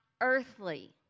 earthly